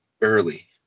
early